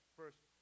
first